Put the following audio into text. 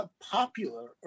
popular